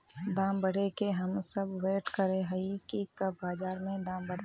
दाम बढ़े के हम सब वैट करे हिये की कब बाजार में दाम बढ़ते?